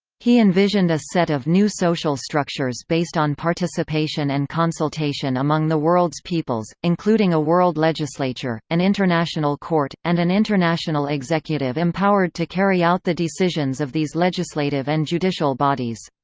he envisioned a set of new social structures based on participation and consultation among the world's peoples, including a world legislature, an international court, and an international executive empowered to carry out the decisions of these legislative and judicial bodies.